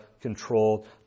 controlled